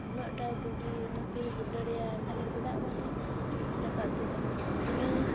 ᱩᱱᱟᱹᱜᱴᱟ ᱫᱩᱜᱤ ᱩᱱᱟᱹᱜ ᱜᱮᱭ ᱫᱩᱞᱟᱹᱲᱤᱭᱟᱭ ᱛᱟᱦᱚᱞᱮ ᱪᱮᱫᱟ ᱵᱟᱝᱼᱮ ᱨᱟᱠᱟᱵ ᱮᱫᱮ ᱠᱟᱱᱟ ᱤᱱᱟᱹ